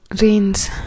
rains